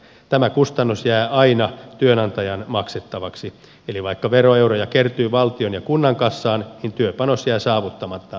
tämä kustannus jää aina työnantajan maksettavaksi eli vaikka veroeuroja kertyy valtion ja kunnan kassaan niin työpanos jää saavuttamatta työnantajalle